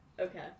Okay